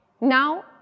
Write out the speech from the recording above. Now